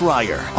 Ryer